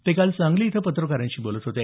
ते काल सांगली इथं पत्रकारांशी बोलत होते